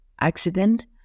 accident